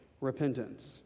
repentance